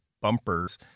Bumpers